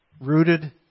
Rooted